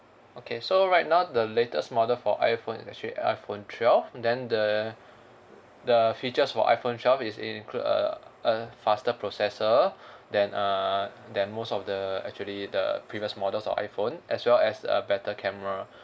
okay so right now the latest model for iphone is actually iphone twelve then the the features for iphone twelve is it include a a faster processor than err than most of the actually the previous models of iphone as well as a better camera